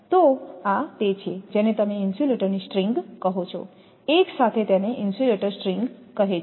તો આ તે છેજેને તમે ઇન્સ્યુલેટર ની સ્ટ્રિંગ કહો છો એક સાથે તેને ઇન્સ્યુલેટર સ્ટ્રિંગ કહે છે